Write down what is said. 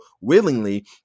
willingly